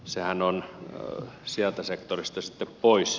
sehän on sieltä sektorista sitten pois